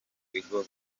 bigo